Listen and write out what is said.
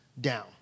down